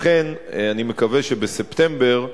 לכן אני מקווה שבספטמבר,